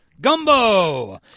Gumbo